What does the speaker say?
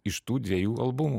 iš tų dviejų albumų